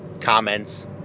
comments